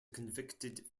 convicted